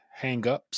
hangups